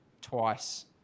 twice